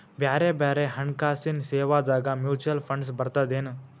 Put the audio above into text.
ಬ್ಯಾರೆ ಬ್ಯಾರೆ ಹಣ್ಕಾಸಿನ್ ಸೇವಾದಾಗ ಮ್ಯುಚುವಲ್ ಫಂಡ್ಸ್ ಬರ್ತದೇನು?